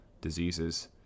diseases